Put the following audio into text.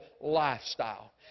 lifestyle